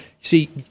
see